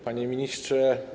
Panie Ministrze!